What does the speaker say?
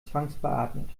zwangsbeatmet